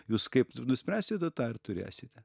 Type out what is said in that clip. jūs kaip nuspręsite tą ir turėsite